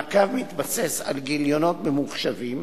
המעקב מתבסס על גיליונות ממוחשבים